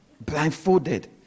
blindfolded